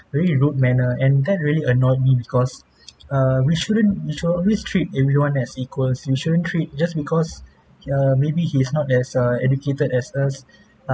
really rude manner and that really annoyed me because err we shouldn't we should always treat everyone as equal you shouldn't treat just because err maybe he's not as uh educated as us